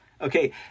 Okay